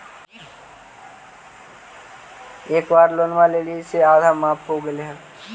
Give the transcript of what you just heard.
एक बार लोनवा लेलियै से आधा माफ हो गेले हल?